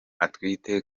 atwite